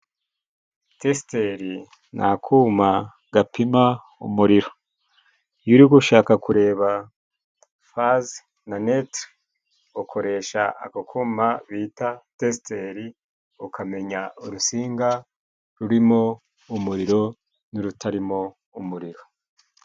Tesiteri ni akuma gapima umuriro. Iyo uri gu ushaka kureba fazi na netere, ukoresha ako kuma bita tesiteri, ukamenya urusinga rurimo umuriro n'urutarimo umuriro.